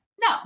No